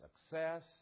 success